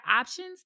options